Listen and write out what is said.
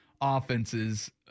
offenses